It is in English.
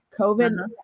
COVID